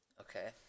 Okay